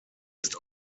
ist